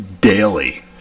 daily